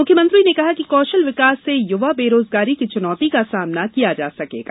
मुख्यमंत्री ने कहा कि कौशल विकास से युवा बेरोजगारी की चुनौती का सामना कर सकेंगे